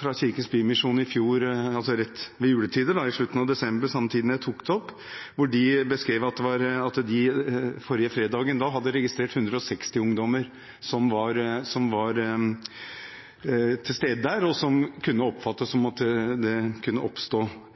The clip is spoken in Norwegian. fra Kirkens Bymisjon i fjor ved juletider, i slutten av desember, samtidig som jeg tok dette opp, hvor de beskrev at de den forrige fredagen hadde registrert 160 ungdommer som var til stede, at det kunne oppfattes som at det kunne oppstå